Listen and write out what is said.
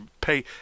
pay